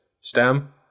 STEM